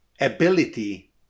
ability